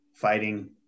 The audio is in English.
fighting